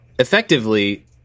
effectively